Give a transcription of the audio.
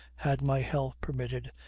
had my health permitted,